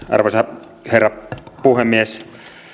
arvoisa herra puhemies